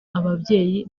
ababyeyi